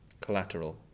collateral